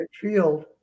field